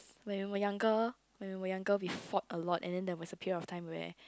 when we were younger when we were younger we fought a lot and then there was a period where